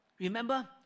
Remember